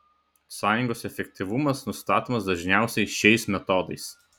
sąjungos efektyvumas nustatomas dažniausiai šiais metodais